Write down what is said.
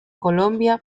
colombia